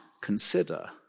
consider